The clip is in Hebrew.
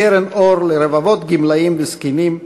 לקרן אור לרבבות גמלאים וזקנים,